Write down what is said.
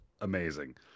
amazing